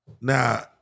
now